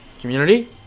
community